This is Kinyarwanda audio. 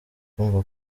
kumva